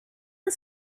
the